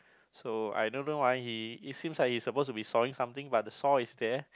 so I don't know why he it seems like he's supposed to be sawing something but the saw is there